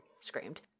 screamed